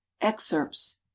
Excerpts